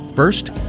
First